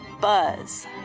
Buzz